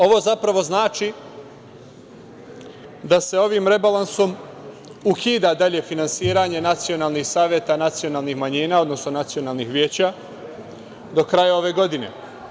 Ovo zapravo znači da se ovim rebalansom ukida dalje finansiranje nacionalnih saveta nacionalnih manjina odnosno nacionalnih veća do kraja ove godine.